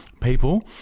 people